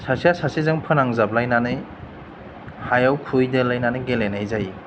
सासेया सासेजों फोनांजाबलायनानै हायाव खुहैदोलायनानै गेलेनाय जायो